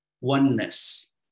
oneness